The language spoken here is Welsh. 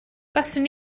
buaswn